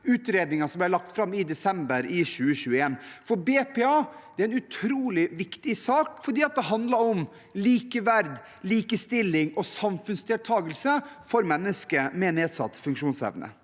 utredningen som ble lagt fram i desember 2021. BPA er en utrolig viktig sak, fordi det handler om likeverd, likestilling og samfunnsdeltakelse for mennesker med nedsatt funksjonsevne.